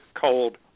cold